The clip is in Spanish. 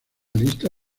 lista